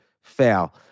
fail